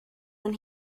when